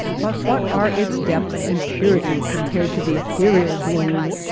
but what are its depth and purity compared to the ethereal blue!